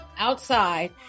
Outside